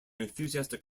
enthusiastic